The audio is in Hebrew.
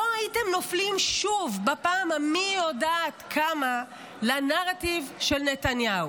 לא הייתם נופלים שוב בפעם המי-יודעת-כמה לנרטיב של נתניהו.